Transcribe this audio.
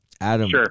Adam